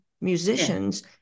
musicians